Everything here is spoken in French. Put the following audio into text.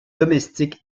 domestique